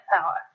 power